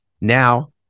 Now